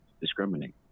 discriminate